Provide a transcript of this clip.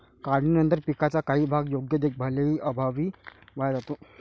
काढणीनंतर पिकाचा काही भाग योग्य देखभालीअभावी वाया जातो